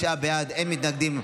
59 בעד, אין מתנגדים.